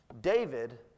David